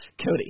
Cody